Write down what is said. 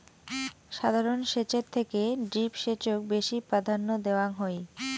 সাধারণ সেচের থেকে ড্রিপ সেচক বেশি প্রাধান্য দেওয়াং হই